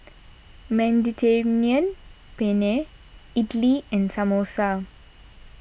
Mediterranean Penne Idili and Samosa